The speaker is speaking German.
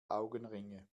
augenringe